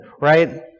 right